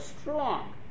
strong